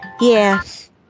Yes